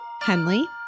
Henley